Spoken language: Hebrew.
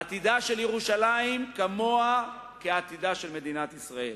עתידה של ירושלים כמוהו כעתידה של מדינת ישראל.